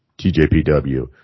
TJPW